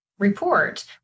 report